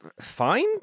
fine